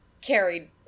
carried